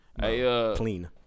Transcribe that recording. Clean